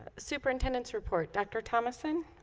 superintendent's report dr. thomason